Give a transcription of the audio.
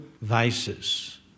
vices